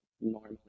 normally